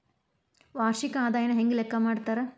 ವಾರ್ಷಿಕ ಆದಾಯನ ಹೆಂಗ ಲೆಕ್ಕಾ ಮಾಡ್ತಾರಾ?